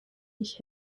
nicht